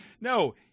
No